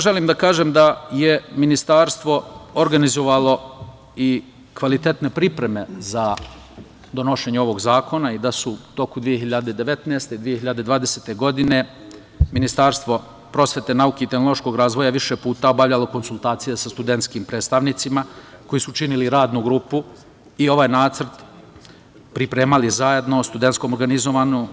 Želim da kažem da je ministarstvo organizovalo i kvalitetne pripreme za donošenje ovog zakona i da su u toku 2019. i 2020. godine Ministarstvo prosvete, nauke i tehnološkog razvoja više puta je obavljalo konsultacije sa studentskim predstavnicima koji su činili radnu grupu i ovaj nacrt pripremali zajedno o studentskom organizovanju.